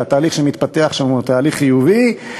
והתהליך שמתפתח שם הוא תהליך חיובי,